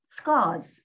scars